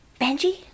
Benji